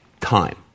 time